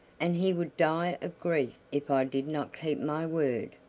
and he would die of grief if i did not keep my word!